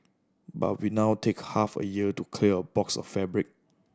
but we now take half a year to clear a box of fabric